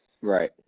Right